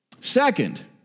Second